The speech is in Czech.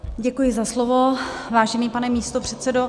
Děkuji za slovo, vážený pane místopředsedo.